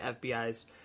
FBI's